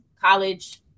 college